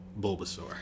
Bulbasaur